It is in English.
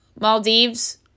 Maldives